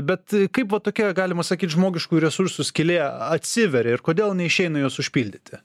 bet kaip va tokia galima sakyt žmogiškųjų resursų skylė atsiveria ir kodėl neišeina jos užpildyti